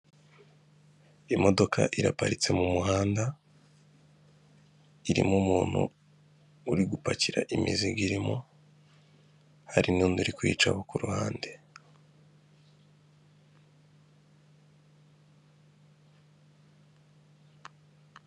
Imodoka iraparitse mu muhanda, irimo umuntu uri gupakira imizigo irimo, hari n'undi uri kuyicaho ku ruhande.